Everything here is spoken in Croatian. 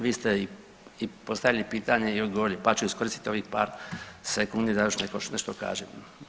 Vi ste i postavili pitanje i odgovorili pa ću iskoristiti ovih par sekundi da još nešto kažem.